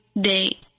day